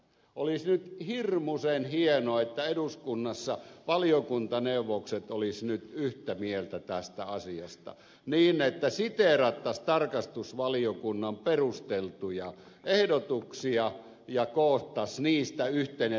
olisi hirmuisen hienoa että eduskunnassa valiokuntaneuvokset olisivat nyt yhtä mieltä tästä asiasta niin että siteerattaisiin tarkastusvaliokunnan perusteltuja ehdotuksia ja koottaisiin niistä yhteinen rintama